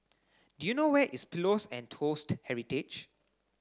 do you know where is Pillows and Toast Heritage